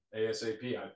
ASAP